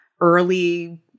early